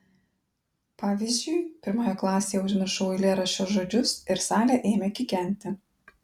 pavyzdžiui pirmoje klasėje užmiršau eilėraščio žodžius ir salė ėmė kikenti